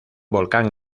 volcán